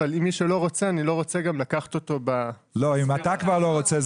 מי שלא רוצה אני גם לא רוצה לקחת אותו --- אם אתה לא רוצה,